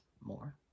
more